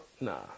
Nah